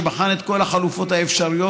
שבחן את כל החלופות האפשריות,